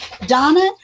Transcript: Donna